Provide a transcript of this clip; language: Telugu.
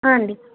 అండి